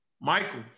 Michael